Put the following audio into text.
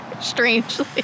strangely